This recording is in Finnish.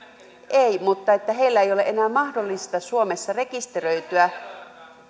ei mutta heille ei ole enää mahdollista suomessa rekisteröityä